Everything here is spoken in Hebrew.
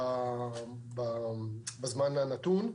בזמן נתון,